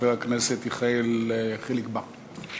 חבר הכנסת יחיאל חיליק בר.